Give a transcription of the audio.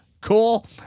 Cool